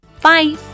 Bye